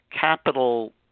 capital